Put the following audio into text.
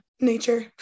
nature